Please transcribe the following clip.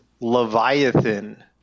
Leviathan